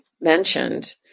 mentioned